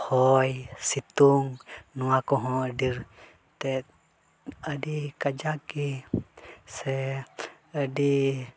ᱦᱚᱭ ᱥᱤᱛᱩᱝ ᱱᱚᱣᱟ ᱠᱚᱦᱚᱸ ᱟᱹᱰᱤ ᱛᱮᱫ ᱟᱹᱰᱤ ᱠᱟᱡᱟᱠ ᱜᱮ ᱥᱮ ᱟᱹᱰᱤ